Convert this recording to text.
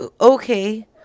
okay